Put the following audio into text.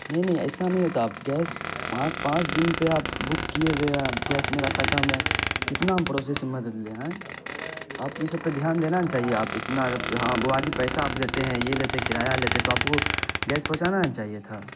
نہیں نہیں ایسا نہیں ہوتا آپ گیس پانچ پانچ دن پہ آپ بک کیے ہوئے ہے گیس میرا ختم ہے کتنا ہم پڑوسیوں سے مدد لیں ہیں آپ کو اس سب پہ دھیان دینا نا چاہیے آپ اتنا ہاں واجب پیسہ آپ لیتے ہیں یہ لیتے کرایہ لیتے تو آپ کو گیس پہنچانا نا چاہیے تھا